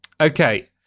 Okay